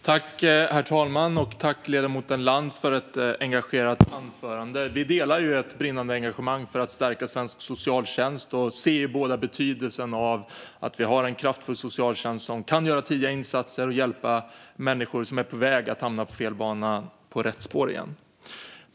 Herr talman! Tack, ledamoten Lantz, för ett engagerat anförande! Vi delar ett brinnande engagemang för att stärka svensk socialtjänst och ser båda betydelsen av att ha en kraftfull socialtjänst som kan göra tidiga insatser och hjälpa människor på väg att hamna på fel bana på rätt spår igen.